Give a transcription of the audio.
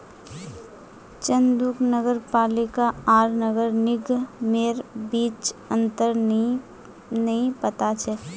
चंदूक नगर पालिका आर नगर निगमेर बीच अंतर नइ पता छ